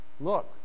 look